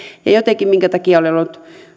jotenkin minkä takia olen ollut